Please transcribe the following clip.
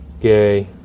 gay